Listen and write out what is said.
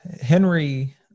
Henry